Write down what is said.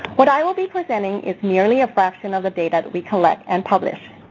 what i will be presenting is merely a fraction of the data that we collect and publish.